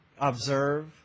observe